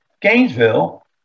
Gainesville